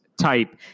type